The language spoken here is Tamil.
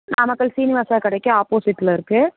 நாமக்கல் ஸ்ரீநிவாசா கடைக்கு ஆப்போசிட்டில் இருக்கு